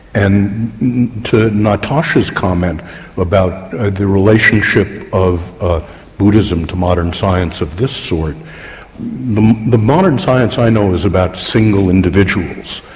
and to natasha's comment about ah the relationship of ah buddhism to modern science of this sort the the modern science i know is about single individuals.